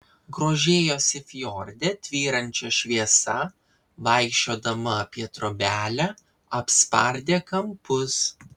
grožėjosi fjorde tvyrančia šviesa vaikščiodama apie trobelę apspardė kampus